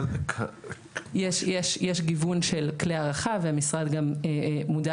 יש גיוון של כלי הערכה והמשרד גם מודע